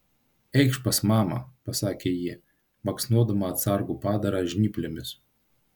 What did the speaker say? eikš pas mamą pasakė ji baksnodama atsargų padarą žnyplėmis